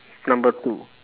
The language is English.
number two